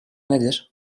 nedir